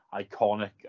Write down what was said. iconic